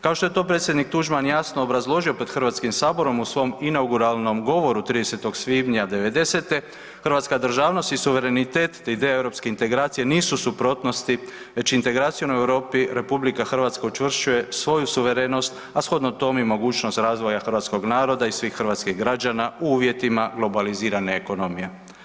Kao što je to predsjednik Tuđman jasno obrazložio pred Hrvatskim saboru u svom inauguralnom govoru 30. svibnja '90.-te hrvatska državnost i suverenitet te ideja europske integracije nisu u suprotnosti već integracijom u Europi RH učvršćuje svoju suverenost, a shodno tome i mogućnost razvoja hrvatskog naroda i svih hrvatskih građana u uvjetima globalizirane ekonomije.